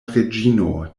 reĝino